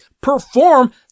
perform